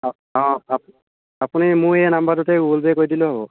অঁ অঁ আপ্ আপুনি মোৰ এই নাম্বাৰটোতে গুগল পে' কৰি দিলেই হ'ব